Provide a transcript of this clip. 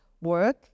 work